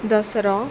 Dussehra